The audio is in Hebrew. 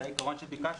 זה העיקרון שביקשנו.